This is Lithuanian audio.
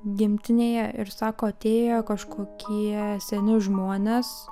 gimtinėje ir sako atėjo kažkokie seni žmonės